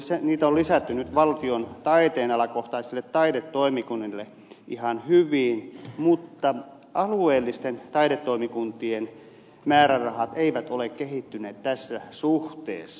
niitä on lisätty nyt valtion taiteenalakohtaisille taidetoimikunnille ihan hyvin mutta alueellisten taidetoimikuntien määrärahat eivät ole kehittyneet tässä suhteessa